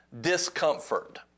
discomfort